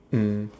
mm